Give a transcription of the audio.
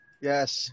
Yes